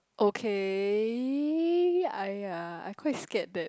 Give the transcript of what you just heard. okay I uh I quite scared that